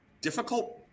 difficult